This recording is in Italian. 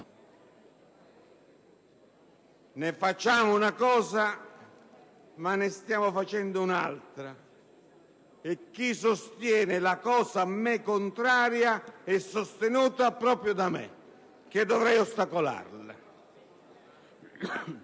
Facciamo una cosa, ma ne stiamo facendo un'altra, e chi sostiene la cosa a me contraria è sostenuto proprio da me che dovrei ostacolarlo.